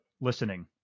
listening